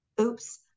Oops